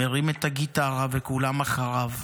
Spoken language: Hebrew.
מרים את הגיטרה וכולם אחריו.